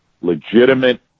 legitimate